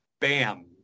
bam